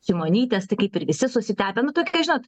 šimonytės tai kaip ir visi susitepę nutukę žinot